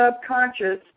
subconscious